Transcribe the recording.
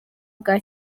bwa